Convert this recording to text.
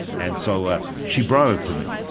and so ah she brought it to me,